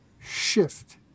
shift